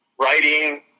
writing